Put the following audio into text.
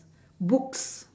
books